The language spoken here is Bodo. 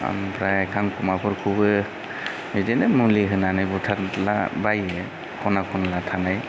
ओमफ्राय खांखमाफोरखौबो बिदिनो मुलि होनानै बुथारलाबायो खना खनला थानाय